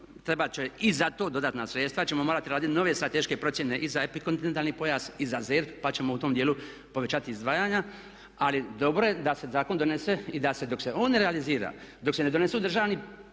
trebat će i za to dodatna sredstva, ćemo morati raditi nove strateške procjene i za epikontinentalni pojas i za ZERP pa ćemo u tom djelu povećati izdvajanja ali dobro je da se zakon donese i da se dok se on ne realizira, dok se ne donesu državni